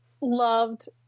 loved